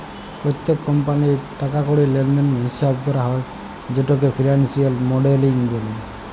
প্যত্তেক কমপালির টাকা কড়ির লেলদেলের হিচাব ক্যরা হ্যয় যেটকে ফিলালসিয়াল মডেলিং ব্যলে